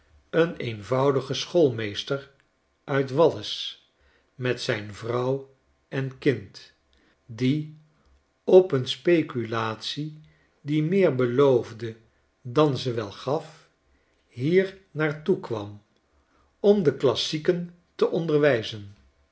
een eenvoudige schoolmeester uit w a i s met zijn vrouw en kind die op een speculatie die meer beloofde dan ze wel gaf hier naar toe kwam om de klassieken te onderwijzen